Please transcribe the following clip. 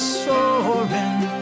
soaring